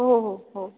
हो हो हो